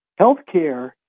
healthcare